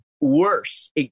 worse